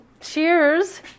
cheers